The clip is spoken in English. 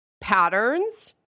patterns